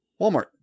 Walmart